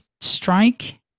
strike